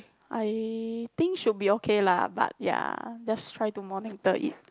I think should be okay lah but ya just try to monitor it